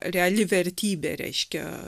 reali vertybė reiškia